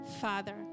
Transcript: Father